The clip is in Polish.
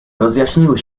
rozjaśniły